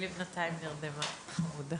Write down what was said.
טוב,